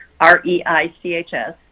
R-E-I-C-H-S